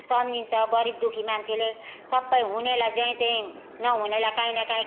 सम्झन्छ गरिब दुःखी मान्छेले सब हुनेलाई जहीँ तहीँ नहुनेलाई काहीँ न काहीँ